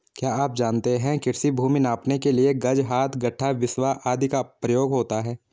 क्या आप जानते है कृषि भूमि नापने के लिए गज, हाथ, गट्ठा, बिस्बा आदि का प्रयोग होता है?